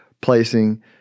placing